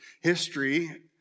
history